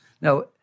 Now